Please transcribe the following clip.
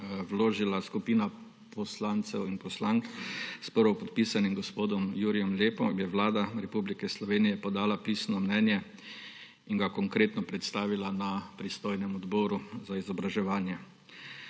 vložila skupina poslancev in poslank s prvopodpisanim gospodom Jurijem Lepom, je Vlada Republike Slovenije podala pisno mnenje in ga konkretno predstavila na pristojnem odboru za izobraževanje.